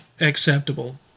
acceptable